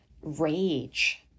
rage